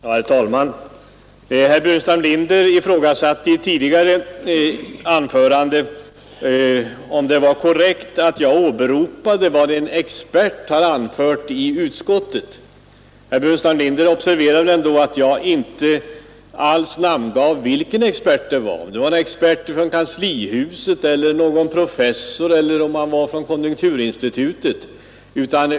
Herr talman! Herr Burenstam Linder ifrågasatte i ett tidigare anförande, om det är korrekt att jag åberopade vad en expert hade anfört i utskottet. Herr Burenstam Linder observerade väl ändå att jag inte alls namngav vilken expert det var, om det var en expert ifrån kanslihuset, någon professor eller en företrädare för konjunkturinstitutet.